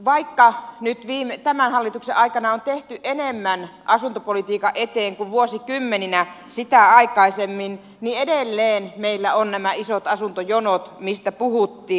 vaikka nyt tämän hallituksen aikana on tehty enemmän asuntopolitiikan eteen kuin vuosikymmeninä sitä aikaisemmin niin edelleen meillä ovat nämä isot asuntojonot mistä puhuttiin